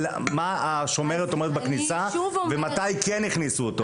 השומרת אומרת בכניסה ומתי כן הכניסו אותו.